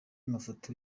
mafoto